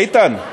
איתן,